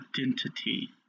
identity